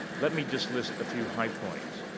let me just list a few high points.